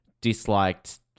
disliked